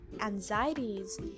anxieties